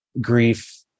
grief